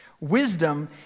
Wisdom